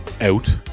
out